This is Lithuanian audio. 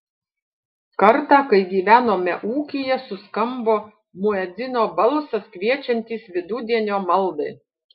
kartą kai gyvenome ūkyje suskambo muedzino balsas kviečiantis vidudienio maldai